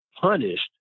punished